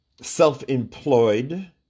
self-employed